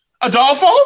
Adolfo